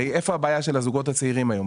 הרי איפה הבעיה של הזוגות הצעירים היום?